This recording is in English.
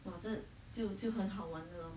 我就就就很好玩的 lor